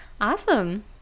Awesome